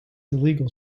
illegal